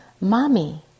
Mommy